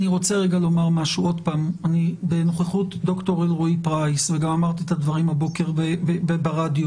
משהו בנוכחות דוקטור אלרעי פרייס ואמרתי את הדברים גם הבוקר ברדיו.